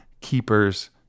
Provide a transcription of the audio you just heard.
keepers